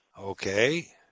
Okay